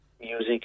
music